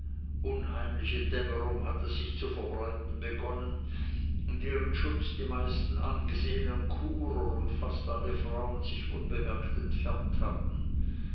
unheimliche dämmerung hatte sich zu verbreiten begonnen in deren schutz die meisten angesehenen churer und fast alle frauen sich unbemerkt entfernt hatten